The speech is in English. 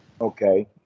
okay